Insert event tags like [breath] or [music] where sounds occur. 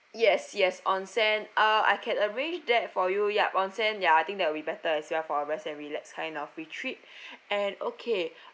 yes yes onsen uh I can arrange that for you yup onsen ya I think that will be better as well for a rest and relax kind of retreat [breath] and okay